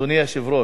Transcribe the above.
אדוני היושב-ראש.